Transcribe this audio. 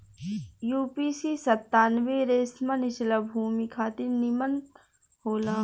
UPC सत्तानबे रेशमा निचला भूमि खातिर निमन होला